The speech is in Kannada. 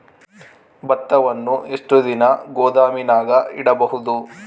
ಭತ್ತವನ್ನು ಎಷ್ಟು ದಿನ ಗೋದಾಮಿನಾಗ ಇಡಬಹುದು?